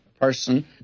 person